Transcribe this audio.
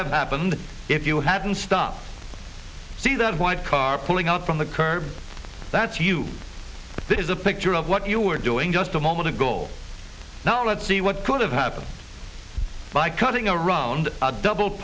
have happened if you hadn't stopped see that white car pulling out from the curb that's you this is a picture of what you were doing just a moment ago now let's see what could have happened by cutting around a double